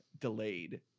delayed